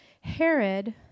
Herod